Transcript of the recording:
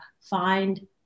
find